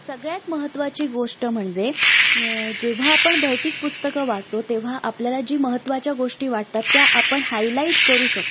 सगळ्यात महत्त्वाची गोष्ट म्हणजे जेव्हा आपण भौतिक पुस्तकं वाचतो तेव्हा आपल्याला जी महत्त्वाच्या गोष्टी वाटतात त्या आपण हायलाईट करू शकतो